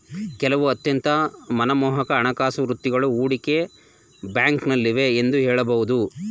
ಕೆಲವು ಅತ್ಯಂತ ಮನಮೋಹಕ ಹಣಕಾಸು ವೃತ್ತಿಗಳು ಹೂಡಿಕೆ ಬ್ಯಾಂಕ್ನಲ್ಲಿವೆ ಎಂದು ಹೇಳಬಹುದು